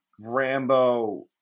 Rambo